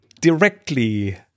directly